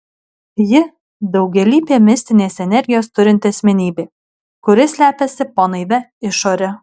ji daugialypė mistinės energijos turinti asmenybė kuri slepiasi po naivia išore